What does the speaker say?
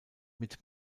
mit